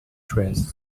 dress